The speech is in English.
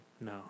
no